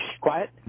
Quiet